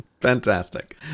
Fantastic